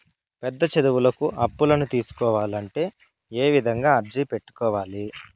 పెద్ద చదువులకు అప్పులను తీసుకోవాలంటే ఏ విధంగా అర్జీ పెట్టుకోవాలి?